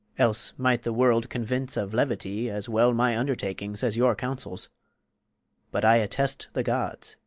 else might the world convince of levity as well my undertakings as your counsels but i attest the gods,